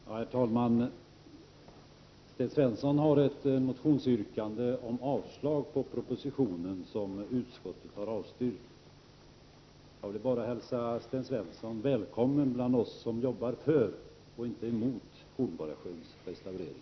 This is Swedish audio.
Herr talman! Sten Svensson har ett motionsyrkande om avslag på propositionen, vilket utskottet har avstyrkt. Jag vill bara hälsa Sten Svensson välkommen bland oss som arbetar för och inte emot Hornborgasjöns restaurering.